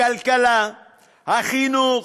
הכלכלה, החינוך,